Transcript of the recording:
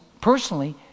personally